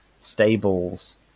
stables